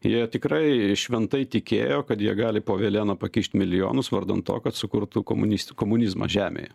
jie tikrai šventai tikėjo kad jie gali po velėna pakišt milijonus vardan to kad sukurtų komunist komunizmą žemėje